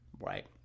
right